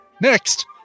next